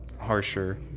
harsher